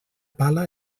pala